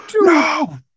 no